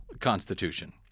constitution